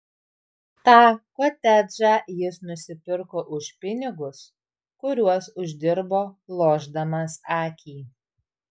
tą kotedžą jis nusipirko už pinigus kuriuos uždirbo lošdamas akį